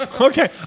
Okay